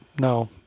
No